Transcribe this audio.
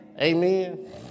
Amen